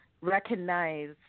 recognize